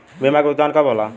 बीमा के भुगतान कब कब होले?